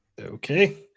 Okay